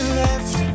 left